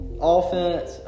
Offense